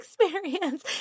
experience